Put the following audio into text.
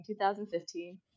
2015